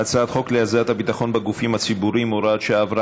הצעת חוק להסדרת הביטחון בגופים הציבוריים (הוראת שעה) עברה